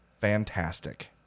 fantastic